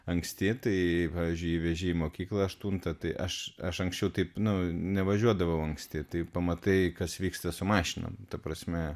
anksti tai pavyzdžiui veži į mokyklą aštuntą tai aš aš anksčiau taip nu nevažiuodavau anksti tai pamatai kas vyksta su mašinom ta prasme